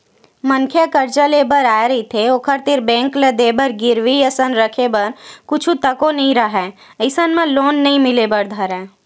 मनखे ह करजा लेय बर आय रहिथे ओखर तीर बेंक ल देय बर गिरवी असन रखे बर कुछु तको तो राहय नइ अइसन म लोन नइ मिले बर धरय